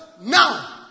Now